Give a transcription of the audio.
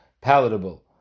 palatable